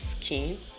skin